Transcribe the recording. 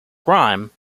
grime